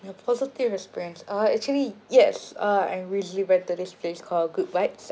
your positive experience uh actually yes uh I recently went to this place called good vibes